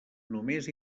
només